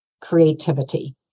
creativity